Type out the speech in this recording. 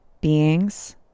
beings